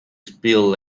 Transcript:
spilled